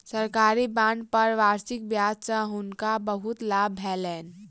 सरकारी बांड पर वार्षिक ब्याज सॅ हुनका बहुत लाभ भेलैन